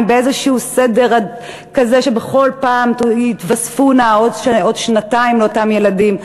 באיזשהו סדר כזה שכל פעם יתווספו עוד שנתיים לעוד ילדים.